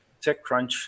TechCrunch